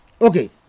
Okay